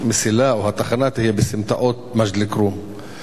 שהמסילה או התחנה יהיו בסמטאות מג'ד-אל-כרום,